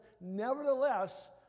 nevertheless